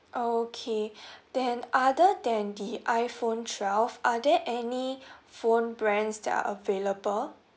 oh okay then other than the iphone twelve are there any phone brands that are available